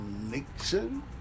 Nixon